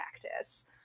practice